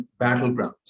battlegrounds